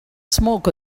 smoke